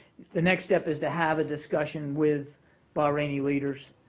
the next step is to have a discussion with bahraini leaders,